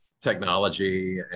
technology